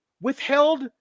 withheld